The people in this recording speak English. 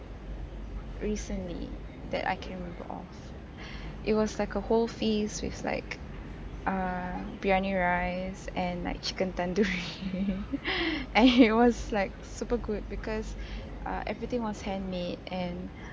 recently that I can it was like a whole feast with like uh biryani rice and like chicken tandoori and it was like super good because uh everything was handmade and